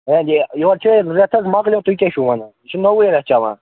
یورٕ چھِ رٮ۪تھ حظ مۄکلیو تُہۍ کیٛاہ چھُو وَنان یہِ چھُ نوٚوٕ رٮ۪تھ چِلان